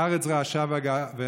הארץ געשה ורעשה,